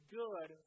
good